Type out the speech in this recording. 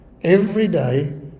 everyday